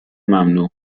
ممنوع